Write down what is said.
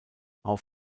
auch